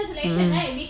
mm